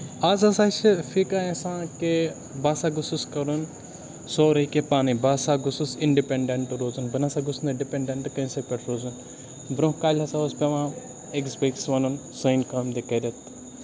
آز ہسا چھِ فی کانہہ یَژھان کہِ بہٕ سا گوٚژھُس کَرُن سورُے کیٚنہہ پانَے بہٕ سا گوٚژھُس اِنڈِپینڈیٹ روزُن بہٕ نہ سا گوٚژھُس نہٕ ڈِپینڈینٹ کٲنسی پٮ۪ٹھ روزُن برونہہ کالہِ ہسا اوس پیوان أکِس بیٚیہِ کِس وَنُن سٲنۍ کٲم دِ کٔرِتھ